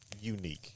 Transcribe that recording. unique